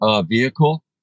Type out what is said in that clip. vehicle